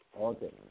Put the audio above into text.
Okay